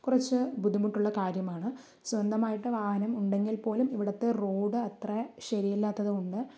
കുറച്ച് ബുദ്ധിമുട്ടുള്ള കാര്യമാണ് സ്വന്തമായിട്ട് വാഹനം ഉണ്ടെങ്കിൽ പോലും ഇവിടുത്തെ റോഡ് അത്ര ശരിയല്ലാത്തതുകൊണ്ട്